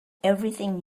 everything